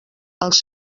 els